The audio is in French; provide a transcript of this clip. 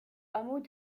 hameau